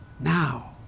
Now